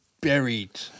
buried